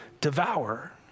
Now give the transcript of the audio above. devour